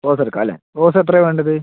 റോസെടുക്കാം അല്ലേ റോസെത്രയാ വേണ്ടത്